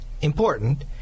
important